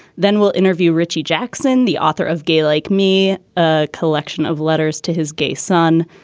then we'll interview richie jackson, the author of gay like me, a collection of letters to his gay son.